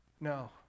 no